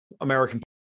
American